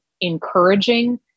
encouraging